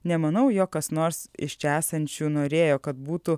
nemanau jog kas nors iš čia esančių norėjo kad būtų